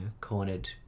cornered